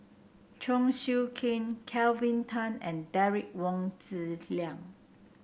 Chong Siew King Kelvin Tan and Derek Wong Zi Liang